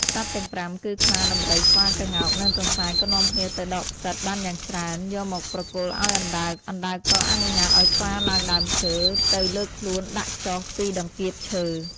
សត្វទាំង៥ គឺខ្លា ដំរី ស្វា ក្ងោក និងទន្សាយ ក៏នាំគ្នាទៅដកផ្សិតបានយ៉ាងច្រើន យកមកប្រគល់ឲ្យអណ្ដើក អណ្ដើកក៏អនុញ្ញាតឲ្យស្វាឡើងដើមឈើ ទៅលើកខ្លួនដាក់ចុះពីតង្កៀបឈើ។